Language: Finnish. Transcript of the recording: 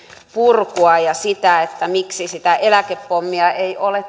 purkua ja sitä miksi sitä eläkepommia ei ole